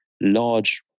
large